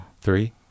Three